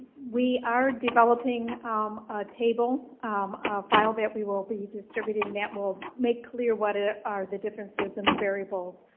we are developing um a table, a file that we will be distributing that will make clear what ah are the differences in the variables.